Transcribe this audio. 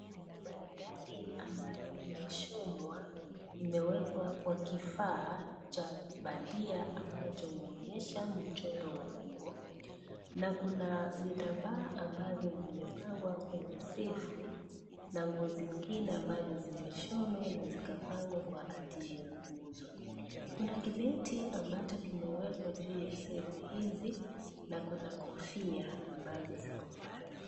Maridadi ambayo imeshonwa, imewekwa Kwa kifaa cha bandia ambacho huonyesha mchoro wa nguo na kuna vitambaa ambavyo vimepangwa kwenye sevu na nguo zingine ambazo zimeshonwa na zikapangwa kwa ajili ya kuuza. Kuna kibeti ambacho kina kimewekwa juu ya sevu hizi na kuna kofia ambazo ziko pale.